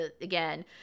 again